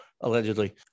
Allegedly